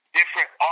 different